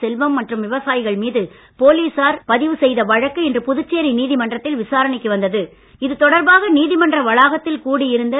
செல்வம் மற்றும் விவசாயிகள் மீது போலீசார் பதிவு செய்த வழக்கு இன்று புதுச்சேரி நீதிமன்றத்தில் விசாரணைக்கு வந்தது இது தொடர்பாக நீதிமன்ற வளாகத்தில் கூடி இருந்த திரு